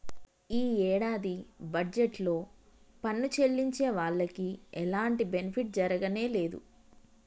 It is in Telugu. యీ యేడాది బడ్జెట్ లో పన్ను చెల్లించే వాళ్లకి ఎలాంటి బెనిఫిట్ జరగనేదు